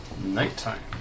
Nighttime